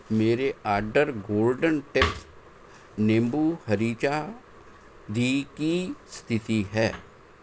ਮੇਰੇ order golden tips ਨਿੰਬੂ ਹਰੀ ਚਾਹ ਦੀ ਕੀ ਸਥਿਤੀ ਹੈ